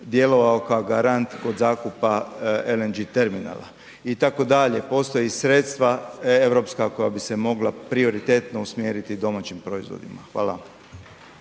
kao garant kod zakupa LNG terminala itd. Postoje sredstva europska koja bi se mogla prioritetno usmjeriti domaćim proizvodima. Hvala